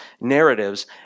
narratives